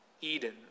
Eden